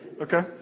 Okay